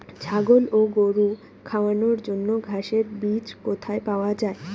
ছাগল ও গরু খাওয়ানোর জন্য ঘাসের বীজ কোথায় পাওয়া যায়?